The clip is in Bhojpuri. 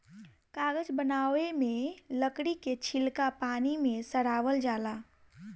कागज बनावे मे लकड़ी के छीलका पानी मे सड़ावल जाला